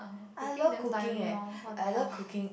uh working damn tiring orh what the hell